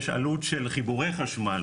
יש עלות של חיבורי חשמל,